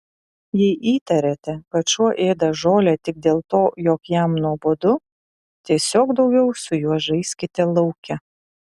jei įtariate kad šuo ėda žolę tik dėl to jog jam nuobodu tiesiog daugiau su juo žaiskite lauke